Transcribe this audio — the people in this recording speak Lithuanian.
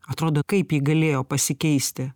atrodo kaip ji galėjo pasikeisti